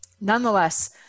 Nonetheless